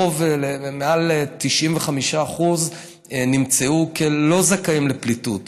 מעל 95% נמצאו לא זכאים למעמד פליטות.